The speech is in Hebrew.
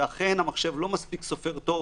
ואכן המחשב לא סופר מספיק טוב.